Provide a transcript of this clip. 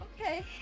Okay